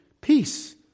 peace